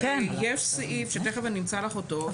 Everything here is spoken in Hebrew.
יש סעיף שתיכף אני אמצע לך אותו,